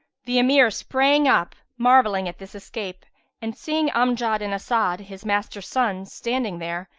the emir sprang up, marvelling at this escape and seeing amjad and as'ad, his master's sons, standing there,